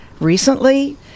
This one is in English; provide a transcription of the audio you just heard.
recently